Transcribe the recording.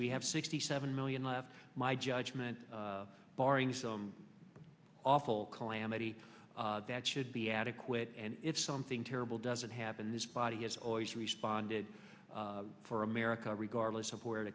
we have sixty seven million left my judgment barring some awful calamity that should be adequate and if something terrible doesn't happen this body has always responded for america regardless of where it